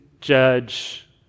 judge